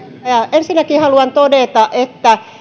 ensinnäkin haluan todeta että